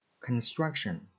Construction